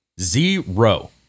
zero